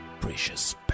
precious